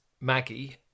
Maggie